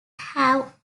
have